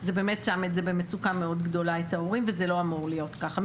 זה באמת שם את זה במצוקה מאוד גדולה את ההורים וזה לא אמור להיות ככה,